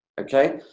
Okay